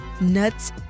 nuts